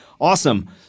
awesome